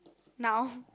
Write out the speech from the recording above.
now